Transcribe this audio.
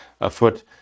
afoot